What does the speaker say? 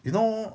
you know